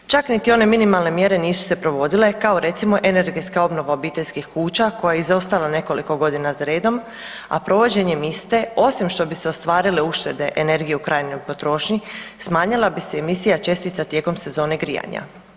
Čak niti one minimalne mjere nisu se provodile kao recimo energetska obnova obiteljskih kuća koja je izostala nekoliko godina za redom, a provođenjem iste osim što bi se ostvarile uštede energije u krajnjoj potrošnji, smanjila bi se emisija čestica tijekom sezone grijanja.